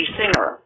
singer